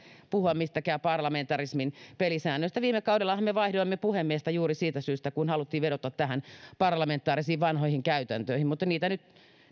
puhua mistään parlamentarismin pelisäännöistä viime kaudellahan me vaihdoimme puhemiestä juuri siitä syystä kun haluttiin vedota vanhoihin parlamentaarisiin käytäntöihin mutta nyt